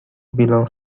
belongs